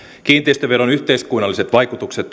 kiinteistöveron yhteiskunnalliset vaikutukset